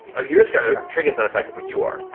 ah you're scared. trinket's not affected, but you are.